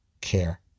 care